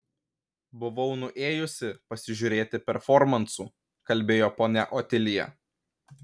buvau nuėjusi pasižiūrėti performansų kalbėjo ponia otilija